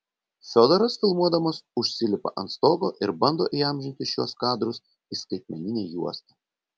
fiodoras filmuodamas užsilipa ant stogo ir bando įamžinti šiuos kadrus į skaitmeninę juostą